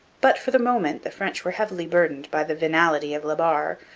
but for the moment the french were heavily burdened by the venality of la barre,